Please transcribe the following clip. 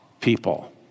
people